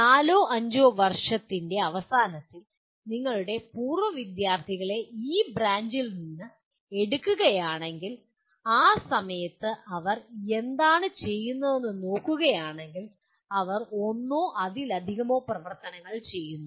നാലോ അഞ്ചോ വർഷത്തിന്റെ അവസാനത്തിൽ നിങ്ങളുടെ പൂർവ്വ വിദ്യാർത്ഥികളെ ഈ ബ്രാഞ്ചിൽ നിന്ന് എടുക്കുകയാണെങ്കിൽ ആ സമയത്ത് അവർ എന്താണ് ചെയ്യുന്നതെന്ന് നോക്കുകയാണെങ്കിൽ അവർ ഒന്നോ അതിലധികമോ പ്രവർത്തനങ്ങൾ ചെയ്യുന്നു